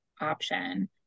option